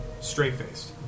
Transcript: Straight-faced